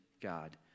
God